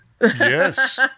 Yes